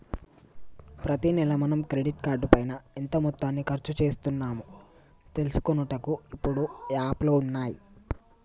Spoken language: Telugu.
ప్రతి నెల మనం క్రెడిట్ కార్డు పైన ఎంత మొత్తాన్ని ఖర్చు చేస్తున్నాము తెలుసుకొనుటకు ఇప్పుడు యాప్లు ఉన్నాయి